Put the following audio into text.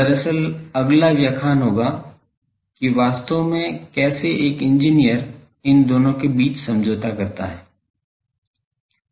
दरअसल अगला व्याख्यान होगा कि वास्तव में कैसे एक इंजीनियर इन दोनों के बीच समझौता करता है